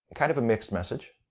kind of a mixed message.